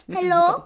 Hello